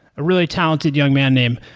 a really talented young man named.